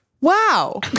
Wow